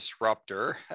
disruptor